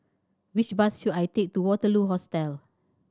which bus should I take to Waterloo Hostel